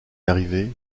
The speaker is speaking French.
arriver